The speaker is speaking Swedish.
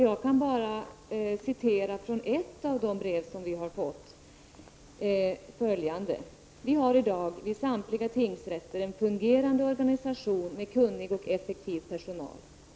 Jag kan citera följande från ett av de brev som vi har fått: ”Vi har i dag vid samtliga tingsrätter en fungerande organisation med kunnig och effektiv personal.